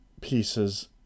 pieces